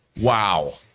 wow